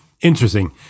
Interesting